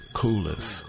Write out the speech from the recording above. coolest